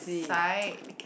side